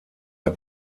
der